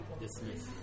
dismiss